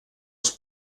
els